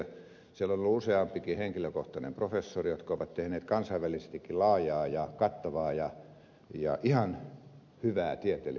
siellä on ollut useampikin henkilökohtainen professori jotka ovat tehneet kansainvälisestikin laajaa ja kattavaa ja ihan hyvää tieteellistä työtä